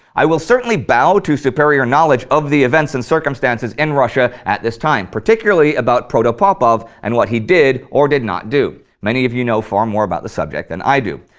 i will certainly bow to superior knowledge of the events and circumstances in russia at this time, particularly about protopopov and what he did or did not do. many of you know far more about the subject than i do.